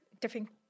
different